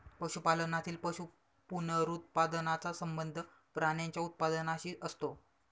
पशुपालनातील पशु पुनरुत्पादनाचा संबंध प्राण्यांच्या उत्पादनाशी असतो